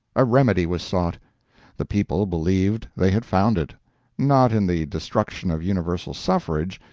a remedy was sought the people believed they had found it not in the destruction of universal suffrage,